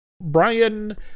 Brian